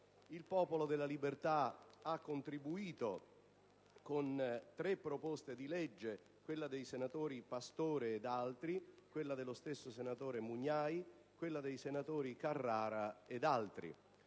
del Popolo della Libertà ha contribuito con tre proposte di legge: quella del senatore Pastore e di altri senatori, quella dello stesso senatore Mugnai, quella del senatore Carrara e di altri